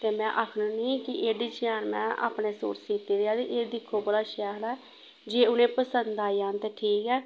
ते में आखनी होन्नी कि एह् डजैन में अपने सूट सीती दे ते एह् दिक्खो बड़ा शैल ऐ जे उ'नेंगी पसंद आई जान ते ठीक ऐ